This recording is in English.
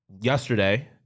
yesterday